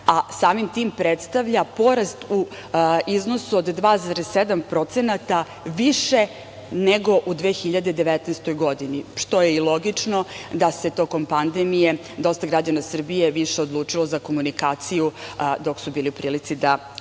a samim tim predstavlja porast u iznosu od 2,7% više nego u 2019. godini, što je i logično da se tokom pandemije dosta građana Srbije više odlučilo za komunikaciju dok su bili u prilici da sede